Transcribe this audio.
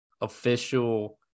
official